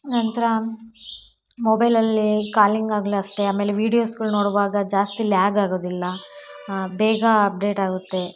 ನಂತರ ಮೊಬೈಲಲ್ಲಿ ಕಾಲಿಂಗ್ ಆಗ್ಲಿ ಅಷ್ಟೇ ಆಮೇಲೆ ವಿಡಿಯೋಸ್ಗಳು ನೋಡುವಾಗ ಜಾಸ್ತಿ ಲ್ಯಾಗ್ ಆಗೋದಿಲ್ಲ ಬೇಗ ಅಪ್ಡೇಟ್ ಆಗುತ್ತೆ